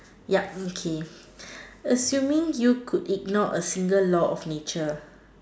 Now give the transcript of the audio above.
ya okay assuming you could ignore a single law of nature